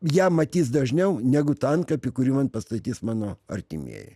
ją matys dažniau negu tą antkapį kurį man pastatys mano artimieji